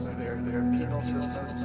their their penal systems,